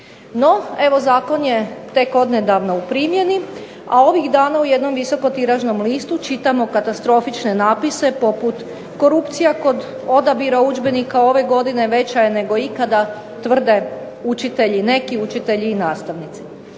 NO, evo Zakon je tek odnedavno u primjeni, a ovih dana u jednom visoko tiražnom listu čitamo katastrofične napise, poput korupcija kod odabira udžbenika ove godine veća je nego ikada tvrde učitelji, neki učitelji i nastavnici.